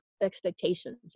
expectations